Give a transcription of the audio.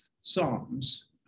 Psalms